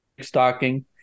stocking